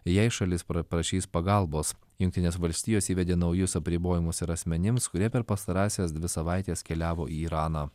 jei šalis prašys pagalbos jungtinės valstijos įvedė naujus apribojimus ir asmenims kurie per pastarąsias dvi savaites keliavo į iraną